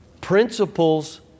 Principles